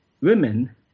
women